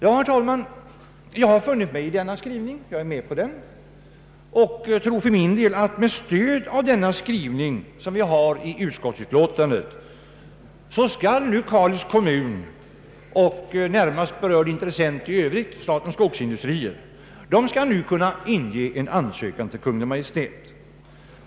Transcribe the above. Herr talman, jag har funnit mig i denna skrivning och är med på den. Jag tror att Kalix kommun och närmast berörda intressent i övrigt, Statens skogsindustrier, med stöd av denna skrivning i utskottsutlåtandet nu skall kunna inge en ansökan till Kungl. Maj:t.